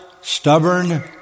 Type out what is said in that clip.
stubborn